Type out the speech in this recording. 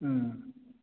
ꯎꯝ